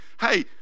hey